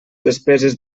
despeses